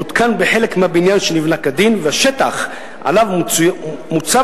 הותקן בחלק מהבניין שנבנה כדין והשטח עליו מוצב